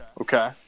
Okay